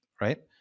right